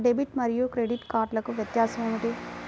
Debit మరియు credit కార్డ్లకు వ్యత్యాసమేమిటీ?